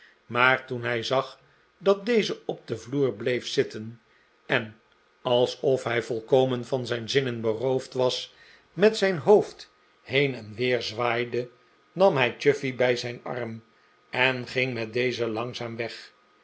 maar toen hij zag dat deze op den vloer bleef zitten en alsof hij volkomen van zijn zinnen beroofd was met zijn hoofd heen en weer zwaaide nam hij chuffey bij zijn arm en ging met dezen langzaam weg